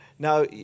Now